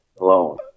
alone